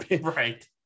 right